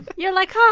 you're like, ha,